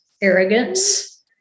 arrogance